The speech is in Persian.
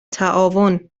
تعاون